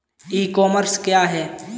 ई commerce क्या है?